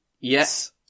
Yes